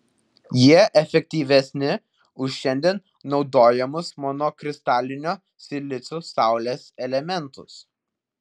jie efektyvesni už šiandien naudojamus monokristalinio silicio saulės elementus